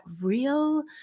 real